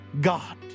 God